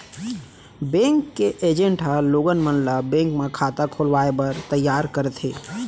bank के agent ह लोगन मन ल बेंक म खाता खोलवाए बर तइयार करथे